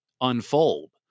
unfold